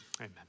amen